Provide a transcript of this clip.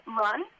run